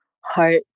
heart